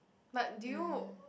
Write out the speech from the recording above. but did you